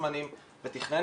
היה בסמכותו,